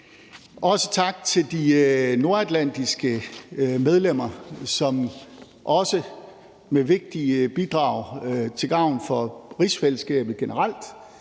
Også tak til de nordatlantiske medlemmer, som også med vigtige bidrag til gavn for rigsfællesskabet generelt,